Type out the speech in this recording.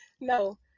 No